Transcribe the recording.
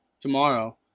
tomorrow